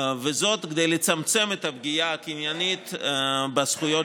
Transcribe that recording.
וזאת כדי לצמצם את הפגיעה הקניינית בזכויות